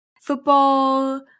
football